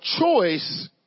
choice